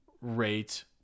Rate